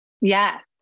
Yes